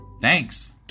Thanks